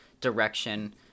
direction